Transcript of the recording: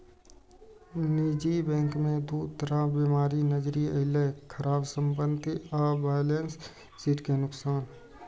निजी बैंक मे दू तरह बीमारी नजरि अयलै, खराब संपत्ति आ बैलेंस शीट के नुकसान